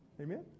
Amen